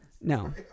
No